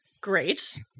great